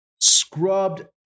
scrubbed